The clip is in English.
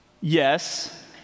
Yes